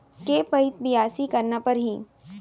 के पइत बियासी करना परहि?